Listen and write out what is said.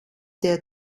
der